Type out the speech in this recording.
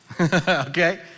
okay